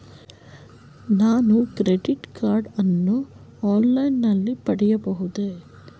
ನಾನು credit card ಅನ್ನು online ನಲ್ಲಿ ಪಡೆಯಬಹುದೇ?